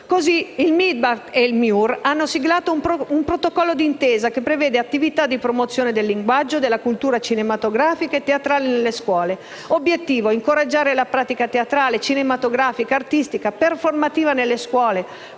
Così il MIBACT e il MIUR hanno siglato un protocollo d'intesa che prevede attività di promozione del linguaggio e della cultura cinematografica e teatrale nelle scuole. L'obiettivo è incoraggiare la pratica teatrale, cinematografica, artistica e performativa nelle scuole,